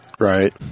Right